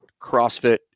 CrossFit